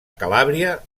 calàbria